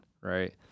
right